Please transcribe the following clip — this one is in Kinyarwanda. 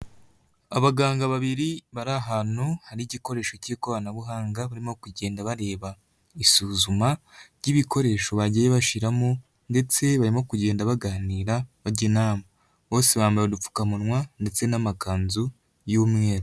Abaganga babiri bari ahantu hari igikoresho cy'ikoranabuhanga barimo kugenda bareba isuzuma ry'ibikoresho bagiye bashyiramo ndetse barimo kugenda baganira bajya inama, bose bambaye udupfukamunwa ndetse n'amakanzu y'umweru.